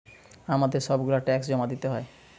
আমাদের সব গুলা ট্যাক্স জমা দিতে হয়